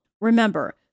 Remember